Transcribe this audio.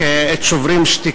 משפט